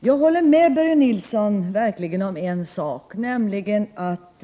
Fru talman! Jag håller verkligen med Börje Nilsson i ett avseende, nämligen att